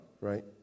right